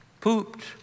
Pooped